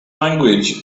language